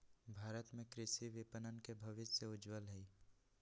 भारत में कृषि विपणन के भविष्य उज्ज्वल हई